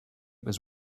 was